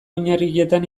oinarrietan